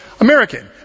American